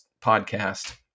podcast